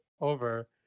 over